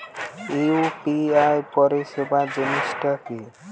UPI পরিসেবা জিনিসটা কি?